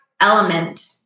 Element